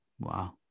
Wow